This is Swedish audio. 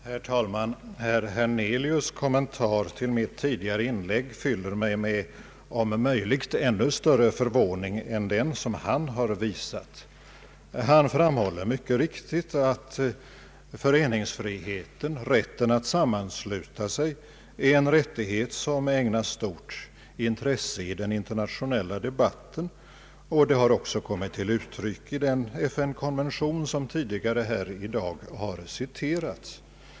Herr talman! Herr Hernelius” kommentar till mitt tidigare inlägg fyller mig med om möjligt ännu större förvåning än den som han har visat. Han framhåller mycket riktigt att föreningsrätten, rätten att sammansluta sig, är en rättighet som ägnas stort intresse i den internationella debatten. Det har också kommit till uttryck i den FN-konvention som tidigare här i dag har citerats.